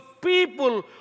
people